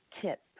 tip